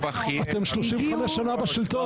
אתם 35 שנים בשלטון.